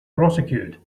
prosecuted